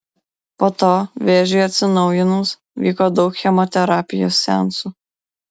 po to vėžiui atsinaujinus vyko daug chemoterapijos seansų